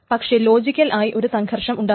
പക്ഷേ ലോജിക്കൽ ആയി ഒരു സംഘർഷം ഉണ്ടാകും